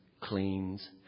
cleans